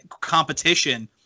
competition